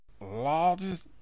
largest